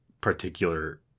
particular